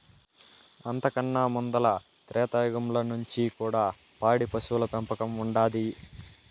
అంతకన్నా ముందల త్రేతాయుగంల నుంచి కూడా పాడి పశువుల పెంపకం ఉండాది